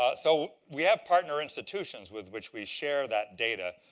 ah so we have partner institutions with which we share that data.